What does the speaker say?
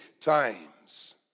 times